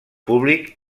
públic